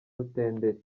rutenderi